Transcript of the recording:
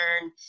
learn